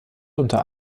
unter